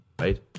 right